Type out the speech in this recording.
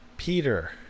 Peter